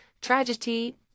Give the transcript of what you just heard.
tragedy